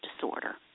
disorder